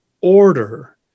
order